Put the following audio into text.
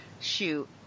shoot